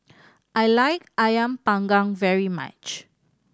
I like Ayam Panggang very much